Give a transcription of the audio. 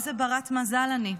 איזו ברת מזל אני,